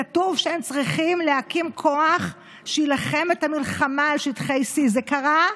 כתוב שהם צריכים להקים כוח שיילחם את המלחמה על שטחי C. זה קרה?